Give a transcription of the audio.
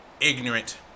ignorant